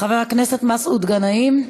חבר הכנסת מסעוד גנאים,